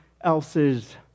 else's